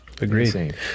Agreed